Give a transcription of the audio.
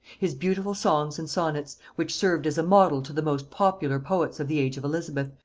his beautiful songs and sonnets, which served as a model to the most popular poets of the age of elizabeth,